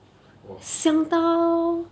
!wah!